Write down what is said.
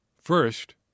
First